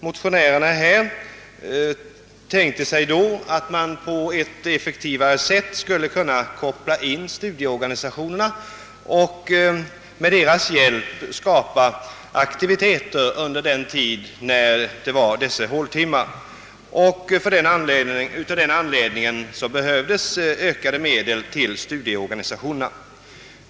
Motionärerna tänker sig att man på ett effektivare sätt skulle kunna koppla in studieorganisationerna och med deras hjälp skapa aktiviteter under håltimmarna. Av den anledningen skulle det behövas ökade medel till studieorganisationerna.